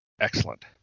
Excellent